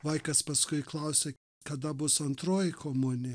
vaikas paskui klausia kada bus antroji komunija